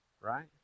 Right